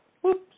Whoops